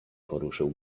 poruszył